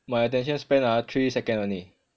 my attention span ah three second only